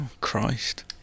Christ